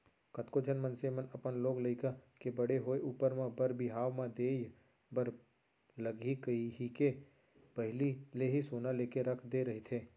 कतको झन मनसे मन अपन लोग लइका के बड़े होय ऊपर म बर बिहाव म देय बर लगही कहिके पहिली ले ही सोना लेके रख दे रहिथे